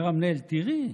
אומר המנהל: תראי,